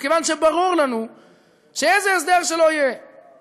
ומכיוון שברור לנו שאיזה הסדר שלא יהיה